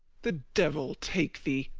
the devil take thee,